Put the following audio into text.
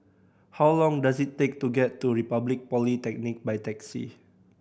how long does it take to get to Republic Polytechnic by taxi